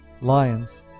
Lions